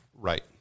Right